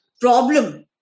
problem